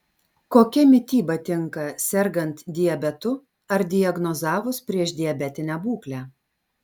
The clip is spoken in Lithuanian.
kokia mityba tinka sergant diabetu ar diagnozavus priešdiabetinę būklę